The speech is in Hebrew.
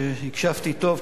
הקשבתי טוב,